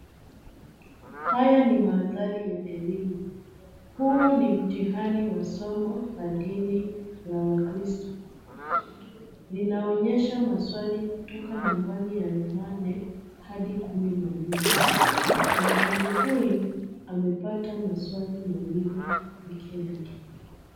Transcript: Haya ni mandhari ya elimu. Huu ni mtihani wa somo la dini la wakristo linaonyesha maswali kutoka nambari ya nane hadi kumi na nne. Mwanafunzi huyu amepata maswali mawili peke yake.